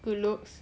good looks